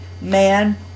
man